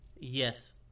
yes